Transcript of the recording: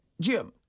Jim